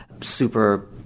super